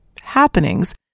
happenings